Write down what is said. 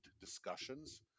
discussions